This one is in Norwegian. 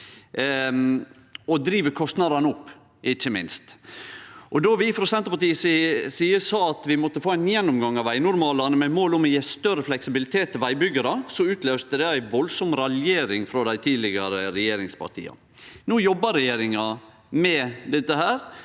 og driv kostnadene opp, ikkje minst. Då vi frå Senterpartiets side sa at vi måtte få ein gjennomgang av vegnormalane med mål om å gje større fleksibilitet til vegbyggjarar, utløyste det ei veldig raljering frå dei tidlegare regjeringspartia. No jobbar regjeringa med dette,